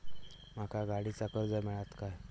माका गाडीचा कर्ज मिळात काय?